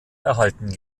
erhalten